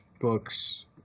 books